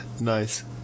nice